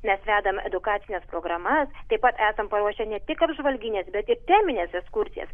mes vedam edukacines programas taip pat esam paruošę ne tik apžvalgines bet ir temines ekskursijos